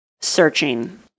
searching